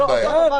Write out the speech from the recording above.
אין בעיה.